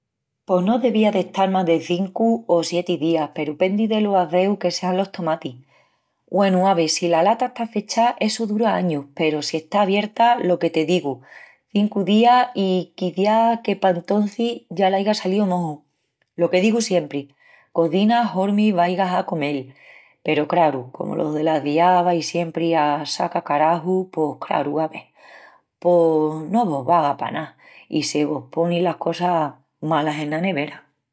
Pos no devía d'estal más de cincu o sieti días peru pendi delo aceus que sean los tomatis. Gúenu, ave, si la lata está fechá essu dura añus peru si está abierta, lo que te digu, cincu días i quiciás que pa antocis ya l'aiga salíu mohu. Lo que digu siempri, cozina hormi vaigas a comel, peru craru, comu los dela ciá vais siempri a sacacaraju pos, craru, ave, pos no vos vaga pa ná i se vos ponin las cosas malas ena nevera.